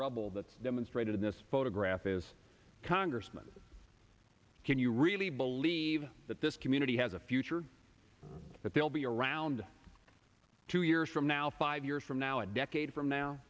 rubble that's demonstrated in this photograph is congressman can you really believe that this community has a future that they will be around two years from now five years from now a decade from now